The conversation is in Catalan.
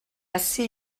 ací